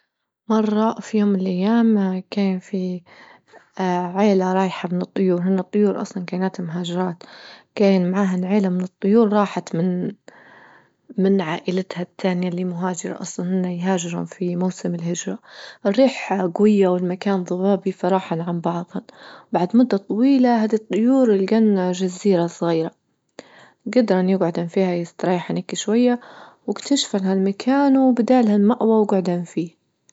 مرة في يوم من الأيام كان في اه عيلة رايحة من الطيور هن الطيور أصلا كائنات مهاجرة كان معاها عيلة من الطيور راحت من-من عائلتها التانية اللي مهاجرة أصلا هن يهاجرن في موسم الهجرة، الريح جوية والمكان ضبابي فرحل عن بعضهن، بعد مدة طويلة هذي الطيور لجين جزيرة صغيرة جدرن يجعدن فيها يستريحن هناك شوية واكتشفن هالمكان وبدا لهم مأوى واقعدين فيه.